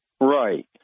right